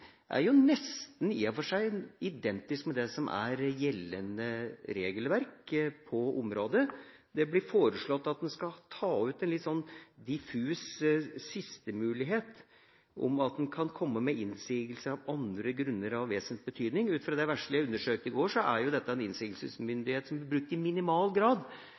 jeg forslaget som ligger der, nesten er identisk med det som er gjeldende regelverk på området. Det blir foreslått at en skal ta ut en litt diffus siste mulighet for at en kan komme med innsigelser av andre grunner av vesentlig betydning. Ut fra det vesle jeg undersøkte i går, er dette en innsigelsesmyndighet som er brukt i minimal grad.